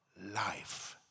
life